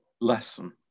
lesson